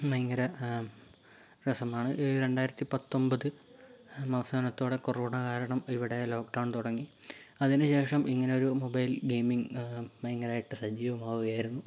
ഭയങ്കര രസമാണ് രണ്ടായിരത്തിപ്പത്തൊൻപത് അവസാനത്തോടെ കൊറോണ കാരണം ഇവിടെ ലോക്ക് ഡൗൺ തുടങ്ങി അതിനു ശേഷം ഇങ്ങനൊരു മൊബൈൽ ഗെയിമിങ്ങ് ഭയങ്കരയിട്ട് സജീവമാവുകയായിരുന്നു